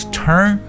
turn